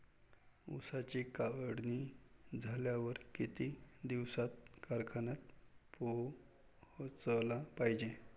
ऊसाची काढणी झाल्यावर किती दिवसात कारखान्यात पोहोचला पायजे?